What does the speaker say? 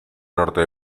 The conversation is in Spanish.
norte